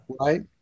Right